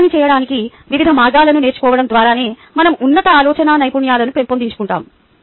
అదే పని చేయడానికి వివిధ మార్గాలను నేర్చుకోవడం ద్వారానే మనం ఉన్నత ఆలోచనా నైపుణ్యాలను పెంపొందించుకుంటాము